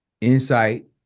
insight